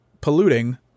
polluting